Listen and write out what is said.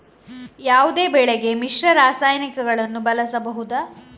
ಯಾವುದೇ ಬೆಳೆಗೆ ಮಿಶ್ರ ರಾಸಾಯನಿಕಗಳನ್ನು ಬಳಸಬಹುದಾ?